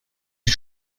you